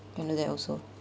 can do that also